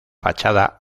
fachada